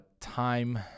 Time